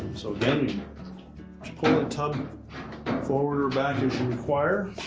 so again, you just pull the tub forward or back as you require